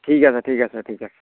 ঠিক আছে ঠিক আছে ঠিক আছে